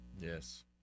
Yes